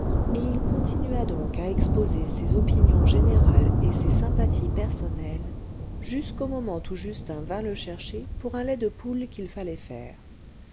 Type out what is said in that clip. et il continua donc à exposer ses opinions générales et ses sympathies personnelles jusqu'au moment où justin vint le chercher pour un lait de poule qu'il fallait faire